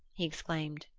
he exclaimed.